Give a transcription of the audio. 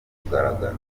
kugaragara